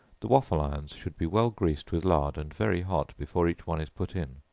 the waffle-irons should be well greased with lard, and very hot before each one is put in.